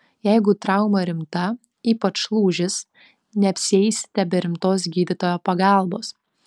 jeigu trauma rimta ypač lūžis neapsieisite be rimtos gydytojo pagalbos